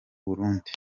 burundi